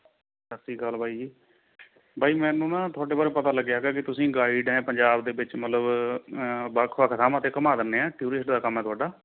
ਸਤਿ ਸ਼੍ਰੀ ਅਕਾਲ ਬਾਈ ਜੀ ਬਾਈ ਮੈਨੂੰ ਨਾ ਤੁਹਾਡੇ ਬਾਰੇ ਪਤਾ ਲੱਗਿਆ ਕਿ ਤੁਸੀਂ ਗਾਈਡ ਐਂ ਪੰਜਾਬ ਦੇ ਵਿੱਚ ਮਤਲਬ ਵੱਖ ਵੱਖ ਥਾਵਾਂ 'ਤੇ ਘੁਮਾ ਦਿੰਨੇ ਐਂ ਟੂਰੀਸ਼ ਦਾ ਕੰਮ ਹੈ ਤੁਹਾਡਾ